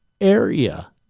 area